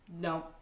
no